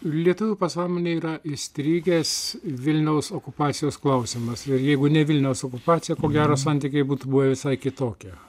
lietuvių pasąmonėje yra įstrigęs vilniaus okupacijos klausimas jeigu ne vilniaus okupacija ko gero santykiai būtų buvę visai kitokie